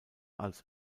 als